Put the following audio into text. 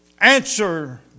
answer